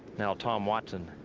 now tom watson.